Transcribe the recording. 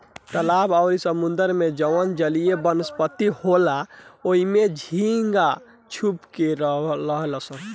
तालाब अउरी समुंद्र में जवन जलीय वनस्पति होला ओइमे झींगा छुप के रहेलसन